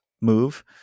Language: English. move